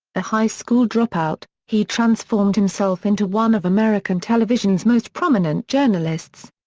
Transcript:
a high-school dropout, he transformed himself into one of american television's most prominent journalists.